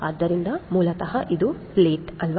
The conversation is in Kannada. ಆದ್ದರಿಂದ ಮೂಲತಃ ಇದು ಪ್ಲೇಟ್ ಅಲ್ವಾ